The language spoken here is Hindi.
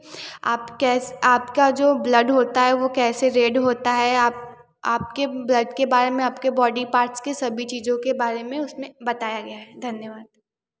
आप कैसे आपका जो ब्लड होता है वह कैसे रेड होता है आप आपके ब्लड के बारे में आपके बॉडी पार्ट्स के सभी चीज़ों के बारे में उसमें बताया गया है धन्यवाद